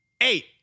Eight